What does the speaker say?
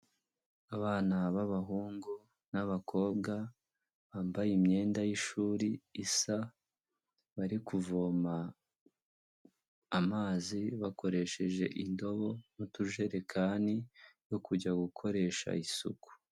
Abana b'abahungu n'abakobwa, bambaye imyenda y'ishuri isa, bari kuvoma amazi bakoresheje indobo n'utujerekani yo kujya gukoresha isuku.